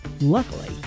Luckily